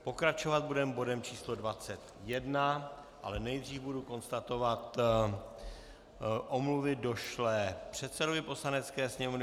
Pokračovat budeme bodem číslo 21, ale nejdříve budu konstatovat omluvy došlé předsedovi Poslanecké sněmovny.